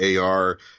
AR